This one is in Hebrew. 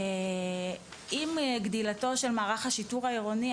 עם גדילתו של מערך השיטור העירוני,